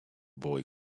boy